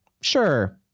sure